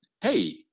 hey